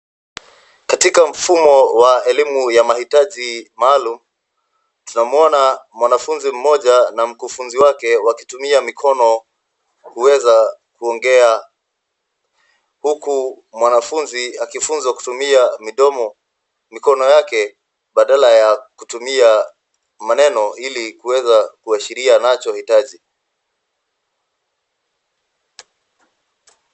Katika mfumo wa elimu ya mahitaji maalum, tunamwona mwanafunzi moja na mkufunzi wake wakitumia mikono kuweza kuongea huku mwanafunzi akifunzwa kutumia mikono yake badala ya kutumia maneno ili kuweza kuashiria anachohitaji.